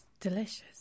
delicious